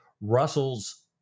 Russell's